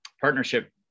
partnership